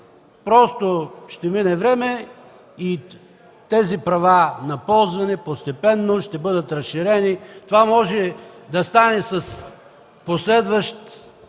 Просто ще мине време и тези права на ползване постепенно ще бъдат разширени. Това може да стане с последващ